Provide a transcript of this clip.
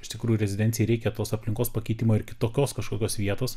iš tikrųjų rezidencijai reikia tos aplinkos pakeitimo ir kitokios kažkokios vietos